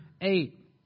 eight